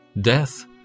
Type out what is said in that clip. death